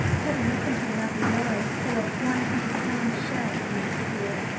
had a look into a lovely lorry full of one hundred lb. shells in the square.